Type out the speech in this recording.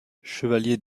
chevalier